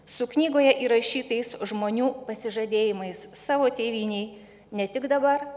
su knygoje įrašytais žmonių pasižadėjimais savo tėvynei ne tik dabar